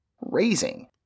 raising